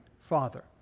Father